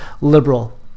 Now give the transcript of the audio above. liberal